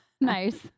Nice